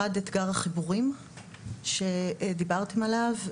אחד אתגר החיבורים שדיברתם עליו,